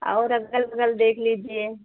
और अगल बगल देख लीजिए